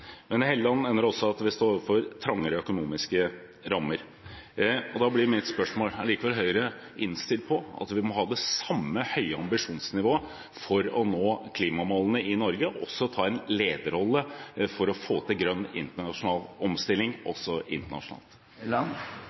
Men Helleland mener også at vi står overfor trangere økonomiske rammer. Da blir mitt spørsmål: Er Høyre likevel innstilt på at vi må ha det samme høye ambisjonsnivået for å nå klimamålene i Norge, og en lederrolle for å få til grønn omstilling, også